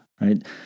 right